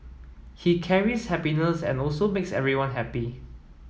he carries happiness and also makes everyone happy